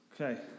Okay